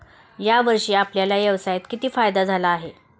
या वर्षी आपल्याला व्यवसायात किती फायदा झाला आहे?